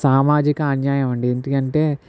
సామాజిక అన్యాయమండి ఎందుకంటే